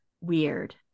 weird